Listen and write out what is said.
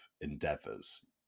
endeavors